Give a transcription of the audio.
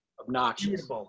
obnoxious